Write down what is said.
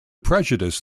prejudice